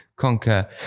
conquer